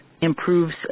improves